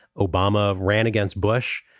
obama ran against bush.